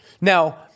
Now